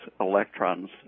electrons